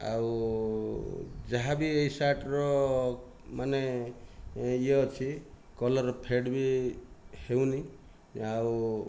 ଆଉ ଯାହା ବି ଏଇ ସାର୍ଟର ମାନେ ଇଏ ଅଛି କଲରଫେଡ଼୍ ବି ହେଉନି ଆଉ